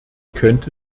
könnte